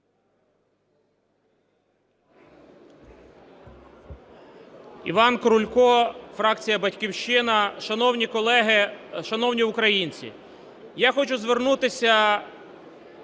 Іван Крулько, фракція "Батьківщина". Шановні колеги, шановні українці, я хочу звернутися